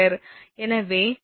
எனவே 𝑊𝑇152010001